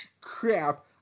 crap